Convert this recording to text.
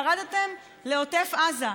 ירדתם לעוטף עזה.